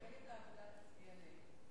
מפלגת העבודה תצביע נגד.